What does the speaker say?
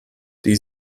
die